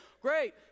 Great